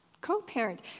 co-parent